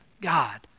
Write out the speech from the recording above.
God